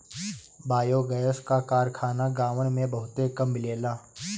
biogas क कारखाना गांवन में बहुते कम मिलेला